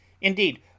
Indeed